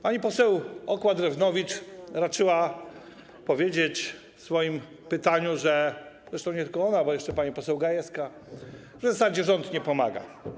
Pani poseł Okła-Drewnowicz raczyła powiedzieć w swoim pytaniu, zresztą nie tylko ona, bo jeszcze pani poseł Gajewska, że w zasadzie rząd nie pomaga.